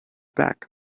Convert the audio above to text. back